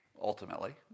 Ultimately